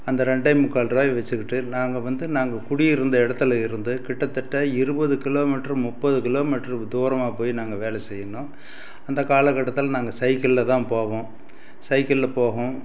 அந்த ரெண்டே முக்கால் ரூபாய வைச்சுக்கிட்டு நாங்கள் வந்து நாங்கள் குடியிருந்த இடத்துல இருந்து கிட்டத்தட்ட இருபது கிலோமீட்ரு முப்பது கிலோமீட்ரு தூரமாக போய் நாங்கள் வேலை செய்யணும் அந்த காலக்கட்டத்தில் நாங்கள் சைக்கிளில் தான் போவோம் சைக்கிளில் போவோம்